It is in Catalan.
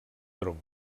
tronc